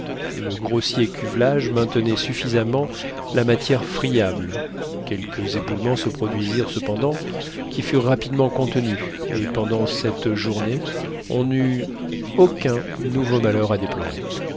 le grossier cuvelage maintenait suffisamment la matière friable quelques éboulements se produisirent cependant qui furent rapidement contenus et pendant cette journée on n'eut aucun nouveau malheur à déplorer